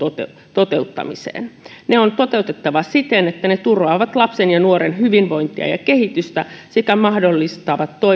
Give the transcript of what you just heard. toteuttamiseen ne on toteutettava siten että ne turvaavat lapsen ja nuoren hyvinvointia ja kehitystä sekä mahdollistavat